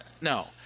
No